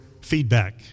feedback